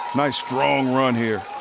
nice strong run here.